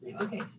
okay